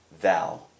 thou